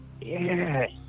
Yes